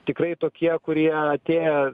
tikrai tokie kurie atėję